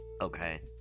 okay